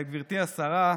גברתי השרה,